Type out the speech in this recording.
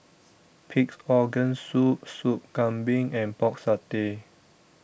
Pig'S Organ Soup Sup Kambing and Pork Satay